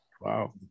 Wow